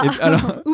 alors